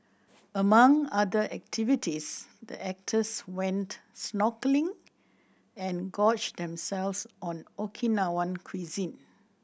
among other activities the actors went snorkelling and gorged themselves on Okinawan cuisine